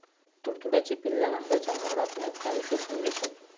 तुडतुड्याची पिल्ला आंब्याच्या मोहरातना काय शोशून घेतत?